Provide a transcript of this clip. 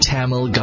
Tamil